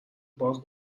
باز